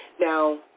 Now